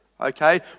okay